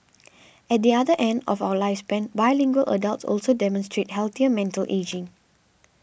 at the other end of our lifespan bilingual adults also demonstrate healthier mental ageing